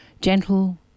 gentle